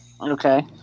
Okay